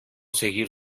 seguir